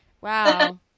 wow